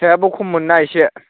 फिथाइयाबो खममोनना एसे